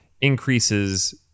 increases